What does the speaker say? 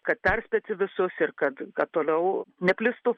kad perspėti visus ir kad kad toliau neplistų